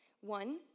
One